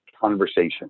conversation